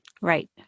Right